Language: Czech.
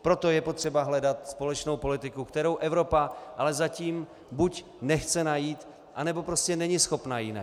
Proto je potřeba hledat společnou politiku, kterou Evropa ale zatím buď nechce najít, anebo prostě není schopna ji najít.